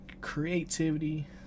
creativity